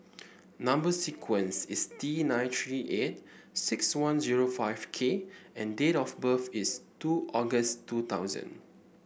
number sequence is T nine three eight six one zero five K and date of birth is two August two thousand